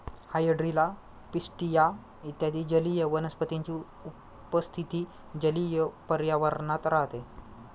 hydrilla, pistia इत्यादी जलीय वनस्पतींची उपस्थिती जलीय पर्यावरणात राहते